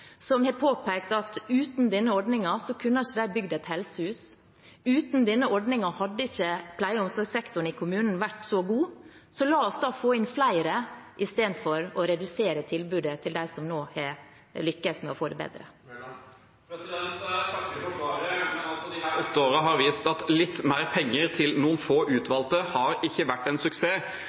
som har påpekt at uten denne ordningen kunne de ikke ha bygget helsehus. Uten denne ordningen hadde ikke pleie- og omsorgssektoren i kommunen vært så god. Så la oss få inn flere i stedet for å redusere tilbudet til dem som nå har lykkes med å få det bedre. Jeg takker for svaret. Disse åtte årene har vist at litt mer penger til noen få utvalgte ikke har vært en suksess.